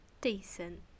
decent